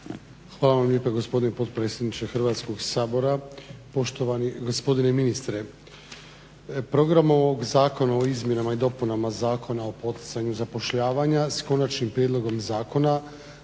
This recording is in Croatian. Hvala vam lijepo gospodine potpredsjedniče Hrvatskog sabora. Poštovani gospodine ministre. Program ovog zakona o izmjenama i dopunama Zakona o poticanju zapošljavanja, s Konačnim prijedlogom zakona